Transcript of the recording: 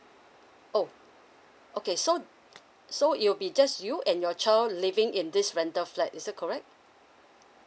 oh okay so so it will be just you and your child living in this rental flat is that correct